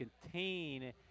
contain